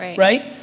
right?